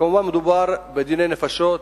כמובן, מדובר בדיני נפשות,